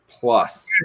Plus